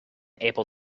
able